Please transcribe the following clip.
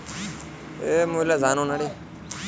ঋণ পরিশোধের তারিখ কিভাবে জানতে পারি?